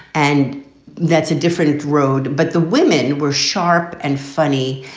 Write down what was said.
and that's a different road. but the women were sharp and funny.